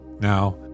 Now